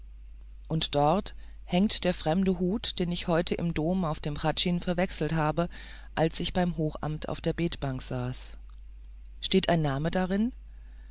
und dort hängt der fremde hut den ich heute im dom auf dem hradschin verwechselt habe als ich beim hochamt auf der betbank saß steht ein name darin